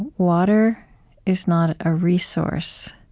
water is not a resource